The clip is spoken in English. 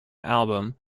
album